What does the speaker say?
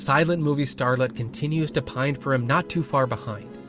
silent movie starlet continues to pine for him not to far behind.